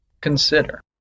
consider